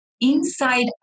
inside